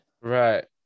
Right